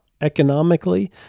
economically